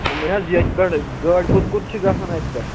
دوٚپمَے حظ ییٚتہِ پٮ۪ٹھ گٲڑۍ کوٚت کوٚت چھِ گژھان اَتہِ پٮ۪ٹھ